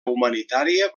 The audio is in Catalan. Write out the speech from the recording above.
humanitària